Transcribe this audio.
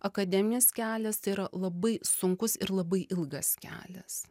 akademinis kelias yra labai sunkus ir labai ilgas kelias